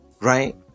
Right